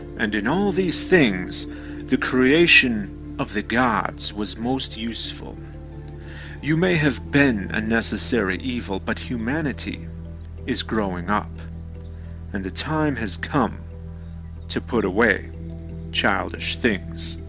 and in all these things the creation of the gods was most useful you may have been a necessary evil, but humanity is growing up and the time has come to put away childish things